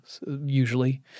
usually